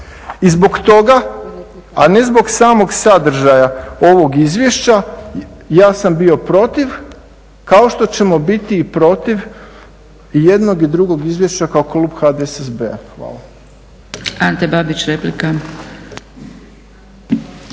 I zbog toga, a ne zbog samo sadržaja ovog izvješća ja sam bio protiv, kao što ćemo biti i protiv jedno i drugog izvješća kao klub HDSSB-a. Hvala. **Zgrebec, Dragica